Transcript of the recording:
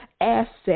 asset